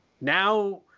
now